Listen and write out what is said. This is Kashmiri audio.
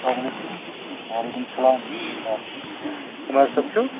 السلام علیکُم وعلیکُم السلام عُمر صٲب چھُو